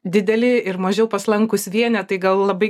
dideli ir mažiau paslankūs vienetai gal labai